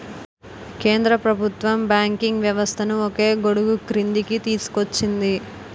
కేంద్ర ప్రభుత్వం బ్యాంకింగ్ వ్యవస్థను ఒకే గొడుగుక్రిందికి తీసుకొచ్చింది